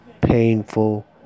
painful